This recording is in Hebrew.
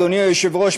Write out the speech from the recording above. אדוני היושב-ראש,